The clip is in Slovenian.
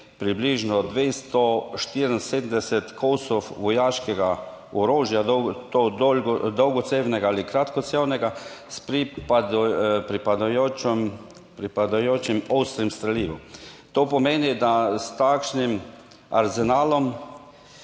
približno 274 kosov vojaškega orožja, dolgocevnega ali kratkocevnega s pripadajočim ostrim strelivom. To pomeni, da s takšnim arzenalom